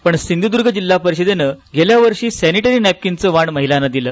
पण सिंधुद्र्ग जिल्हा परिषदेनं गेल्या वर्षी सॅनिटरी नॅपकिनच वाण महिलांना दिल